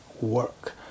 work